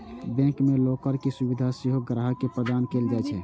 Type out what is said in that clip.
bank मे locker के सुविधा सेहो ग्राहक के प्रदान कैल जाइ छै